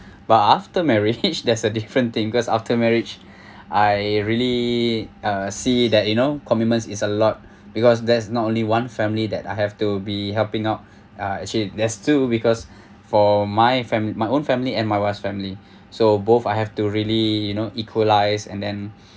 but after marriage there's a different thing because after marriage I really uh see that you know commitment is a lot because that's not only one family that I have to be helping out uh actually there's two because for my fam~ my own family and my wife's family so both I have to really you know equalise and then